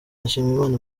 nshimiyimana